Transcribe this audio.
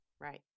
Right